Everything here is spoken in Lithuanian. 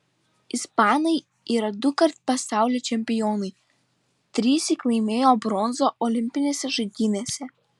ispanai yra dukart pasaulio čempionai trissyk laimėjo bronzą olimpinėse žaidynėse